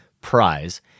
prize